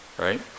right